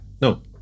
No